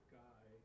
guy